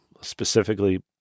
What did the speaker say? specifically